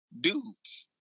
dudes